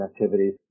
activities